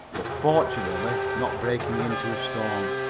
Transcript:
but fortunately not breaking into a storm.